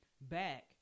back